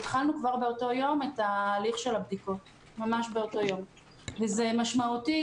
והתחלנו כבר באותו יום ממש את הליך הבדיקות כי זה משמעותי